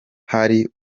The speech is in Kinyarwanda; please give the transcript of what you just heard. hari